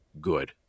good